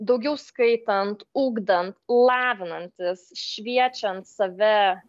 daugiau skaitant ugdant lavinantis šviečiant save